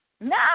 No